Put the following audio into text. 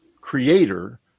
creator